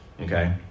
okay